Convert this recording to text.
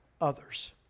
others